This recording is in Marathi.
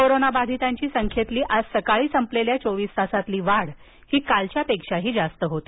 कोरोनाबाधितांची संख्येतली आज सकाळी संपलेल्या चोविस तासातली वाढ कालच्यापेक्षाही जास्त होती